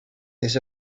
his